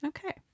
Okay